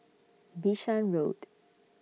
Bishan Road